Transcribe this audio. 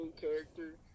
character